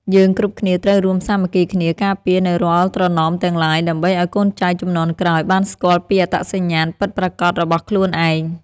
យើងគ្រប់គ្នាត្រូវរួមសាមគ្គីគ្នាការពារនូវរាល់ត្រណមទាំងឡាយ ដើម្បី ឱ្យកូនចៅជំនាន់ក្រោយបានស្គាល់ពីអត្តសញ្ញាណពិតប្រាកដរបស់ខ្លួនឯង។